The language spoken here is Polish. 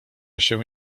się